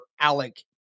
Alec